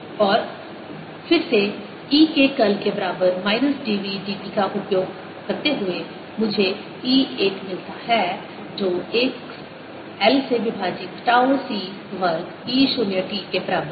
और फिर से E के कर्ल के बराबर minus d v d t का उपयोग करते हुए मुझे E 1 मिलता है जो l से विभाजित टाउ C वर्ग E 0 t के बराबर है